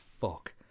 fuck